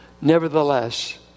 Nevertheless